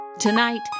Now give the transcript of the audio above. Tonight